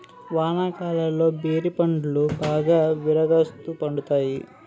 వానాకాలంలో బేరి పండ్లు బాగా విరాగాస్తు పండుతాయి